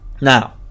Now